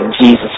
Jesus